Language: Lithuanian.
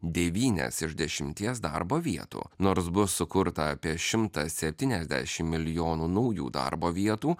devynias iš dešimties darbo vietų nors bus sukurta apie šimtas septyniasdešim milijonų naujų darbo vietų